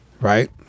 Right